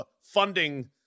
funding